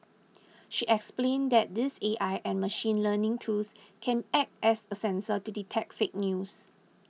she explained that these A I and machine learning tools can act as a sensor to detect fake news